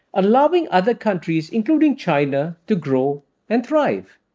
allowing other countries, including china, to grow and thrive.